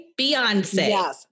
Beyonce